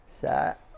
set